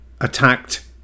attacked